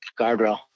Guardrail